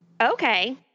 Okay